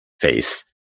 face